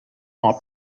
are